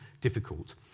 difficult